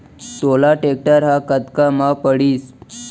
तोला टेक्टर ह कतका म पड़िस?